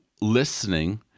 listening